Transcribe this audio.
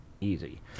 easy